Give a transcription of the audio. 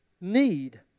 need